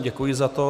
Děkuji za to.